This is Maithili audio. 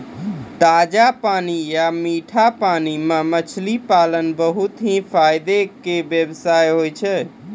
ताजा पानी या मीठा पानी मॅ मछली पालन बहुत हीं फायदा के व्यवसाय होय छै